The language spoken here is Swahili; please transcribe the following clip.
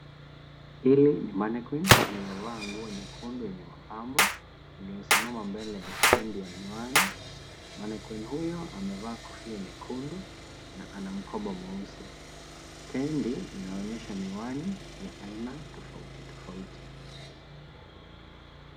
Hili ni (cs)mannequin(cs) lililovaa nguo nyekundu yenye mapambo, iliyosimama kando ya stedi ya miwani .(cs)Mannequin(cs) huyo amevaa kofia nyekundu na ana mkoba mweusi. Stedi inaonyesha miwani ya aina tofauti tofauti.